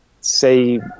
say